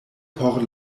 por